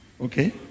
Okay